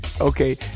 Okay